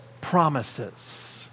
promises